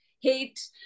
hate